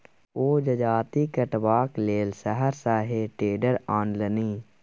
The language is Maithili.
ओ जजाति कटबाक लेल शहर सँ हे टेडर आनलनि